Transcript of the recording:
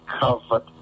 covered